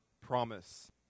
Promise